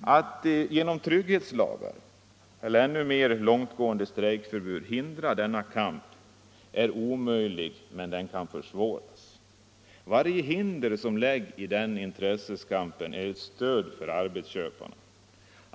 Att genom ”trygghetslagar” eller ännu mer långtgående strejkförbud förhindra denna kamp är omöjligt, men den kan försvåras. Varje hinder som läggs i denna intressekamp är ett stöd för arbetsköparna.